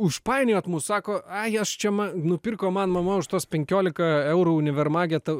užpainioti mus sako aj aš čia man nupirko man mama už tuos penkiolika eurų univermage ta